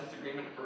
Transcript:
agreement